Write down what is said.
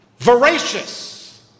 voracious